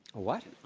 what?